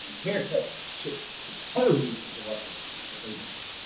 haircuts should, supposedly should go up in price. but they don't.